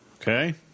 Okay